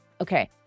Okay